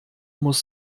muss